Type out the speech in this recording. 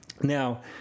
Now